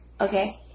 Okay